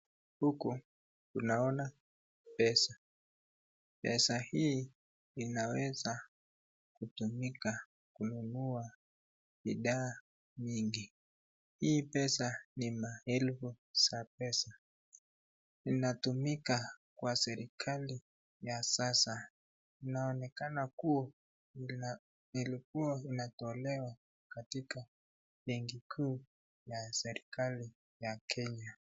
Huku tunaona pesa, pesa hii, inaweza, kutumika, kununua, bidhaa nyingi, ii pesa, ni maelfu za pesa, inatumika kwa serikali, ya sasa, inaonekana kuwa ulikua unatolewa, katika, benki kuu ya serikali, ya Kenya.